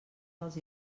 dels